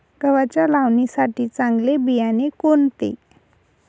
गव्हाच्या लावणीसाठी चांगले बियाणे कोणते?